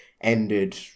ended